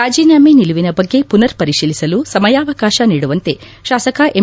ರಾಜೀನಾಮೆ ನಿಲುವಿನ ಬಗ್ಗೆ ಪುನರ್ ಪರಿಶೀಲಿಸಲು ಸಮಯಾವಕಾಶ ನೀಡುವಂತೆ ಶಾಸಕ ಎಂ